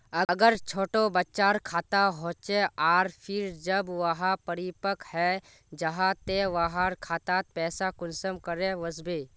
अगर छोटो बच्चार खाता होचे आर फिर जब वहाँ परिपक है जहा ते वहार खातात पैसा कुंसम करे वस्बे?